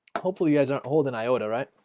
hopefully you guys aren't holding iota, right?